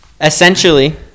Essentially